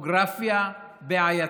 וטופוגרפיה בעייתיות.